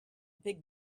big